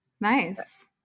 Nice